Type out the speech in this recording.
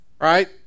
Right